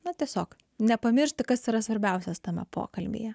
na tiesiog nepamiršti kas yra svarbiausias tame pokalbyje